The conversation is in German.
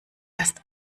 erst